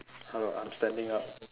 hello I'm standing up